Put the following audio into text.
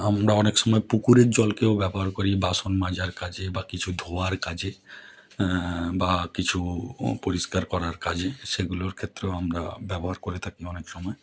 আমরা অনেক সময় পুকুরের জলকেও ব্যবহার করি বাসন মাজার কাজে বা কিছু ধোওয়ার কাজে বা কিছু পরিষ্কার করার কাজে সেগুলোর ক্ষেত্রেও আমরা ব্যবহার করে থাকি অনেক সময়